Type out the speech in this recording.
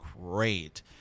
Great